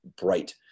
bright